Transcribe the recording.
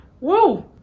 Woo